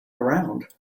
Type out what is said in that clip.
around